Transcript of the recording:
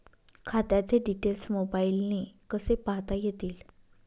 खात्याचे डिटेल्स मोबाईलने कसे पाहता येतील?